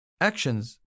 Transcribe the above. Actions